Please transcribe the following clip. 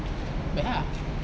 best ah